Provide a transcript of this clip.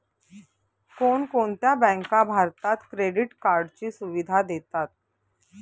कोणकोणत्या बँका भारतात क्रेडिट कार्डची सुविधा देतात?